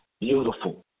beautiful